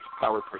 power